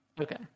okay